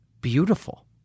beautiful